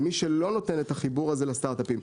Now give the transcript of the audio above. למי שלא נותן את החיבור הזה לסטארט-אפים.